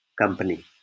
company